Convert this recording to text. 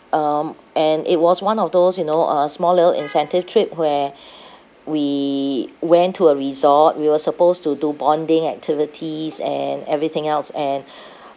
um and it was one of those you know uh small little incentive trip where we went to a resort we were supposed to do bonding activities and everything else and